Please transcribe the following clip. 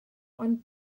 ond